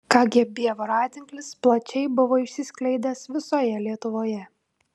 kgb voratinklis plačiai buvo išsiskleidęs visoje lietuvoje